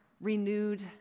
renewed